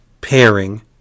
pairing